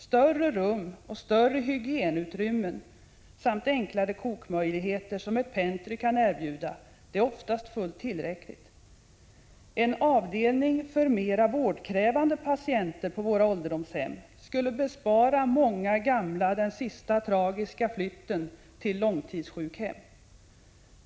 Större rum och större hygienutrymmen samt enklare kokmöjligheter, som ett pentry kan erbjuda, är oftast fullt tillräckligt. En avdelning för mera vårdkrävande patienter på våra ålderdomshem skulle bespara många gamla den sista tragiska flytten till långtidssjukhem.